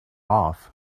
off